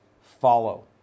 follow